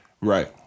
Right